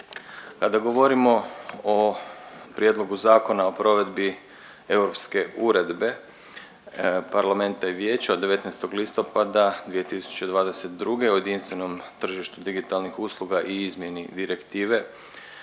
Kada govorimo o Prijedlogu Zakona o provedbi Europske uredbe parlamenta i vijeća od 19. listopada 2022. o jedinstvenom tržištu digitalnih usluga i izmjeni direktive